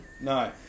No